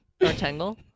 rectangle